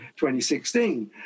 2016